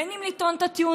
בין אם לטעון את הטיעונים,